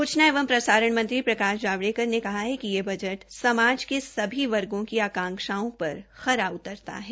सूचना एवं प्रसारण मंत्री प्रकाश जावड़ेकर ने कहा है कि यह बजट समाज के सभी वर्गो की आकाशाओं पर खरा उतरता है